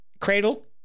cradle